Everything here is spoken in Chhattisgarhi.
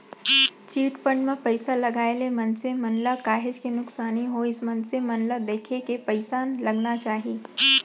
चिटफंड म पइसा लगाए ले मनसे मन ल काहेच के नुकसानी होइस मनसे मन ल देखे के पइसा लगाना चाही